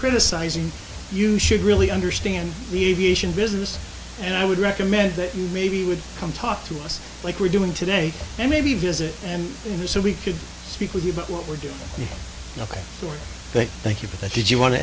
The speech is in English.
criticizing you should really understand the aviation business and i would recommend that you maybe would come talk to us like we're doing today and maybe visit and you know so we could speak with you about what we're doing here ok but thank you for that did you want to